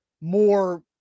more